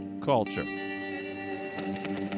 Culture